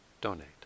donate